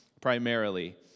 primarily